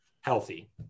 healthy